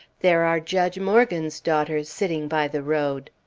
there are judge morgan's daughters sitting by the road!